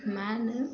मा होनो